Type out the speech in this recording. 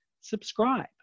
subscribe